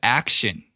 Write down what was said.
action